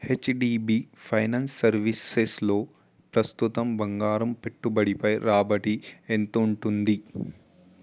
HDB finance సర్వీసెస్లో ప్రస్తుతం బంగారం పెట్టబడిపై రాబడి ఎంతుంటుంది